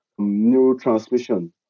neurotransmission